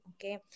okay